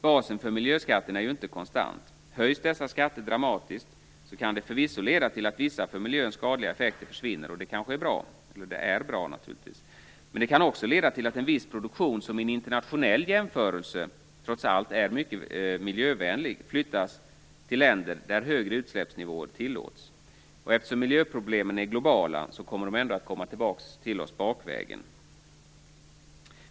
Basen för miljöskatterna är ju inte konstant. Höjs dessa skatter dramatiskt kan det förvisso leda till att vissa för miljön skadliga aktiviteter försvinner, och det är ju bra. Men det kan också leda till att viss produktion, som i en internationell jämförelse trots allt är mycket miljövänlig, flyttas till länder där högre utsläppsnivåer tillåts. Eftersom miljöproblemen är globala kommer de ändå att komma tillbaka till oss bakvägen.